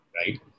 right